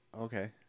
okay